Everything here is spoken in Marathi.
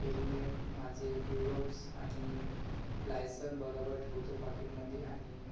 हेल्मेट माझे ग्लोब्स आणि लायसन बराबर ठेवतो पाकीटमध्ये आणि